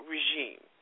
Regime